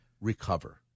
recover